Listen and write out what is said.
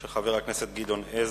של חבר הכנסת גדעון עזרא,